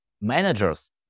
managers